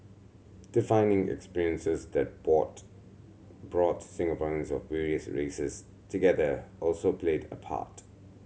defining experiences that brought brought Singaporeans of various races together also played a part